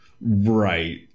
right